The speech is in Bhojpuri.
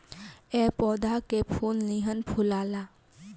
ए पौधा के फूल निमन फुलाला